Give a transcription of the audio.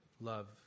love